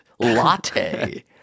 latte